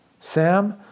Sam